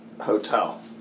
hotel